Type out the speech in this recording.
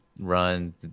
run